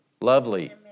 lovely